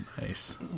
Nice